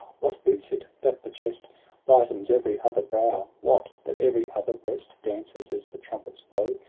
what boots it, that the jest lightens every other brow. what, that every other breast dances as the trumpets blow.